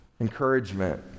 encouragement